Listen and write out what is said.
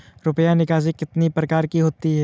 रुपया निकासी कितनी प्रकार की होती है?